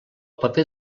paper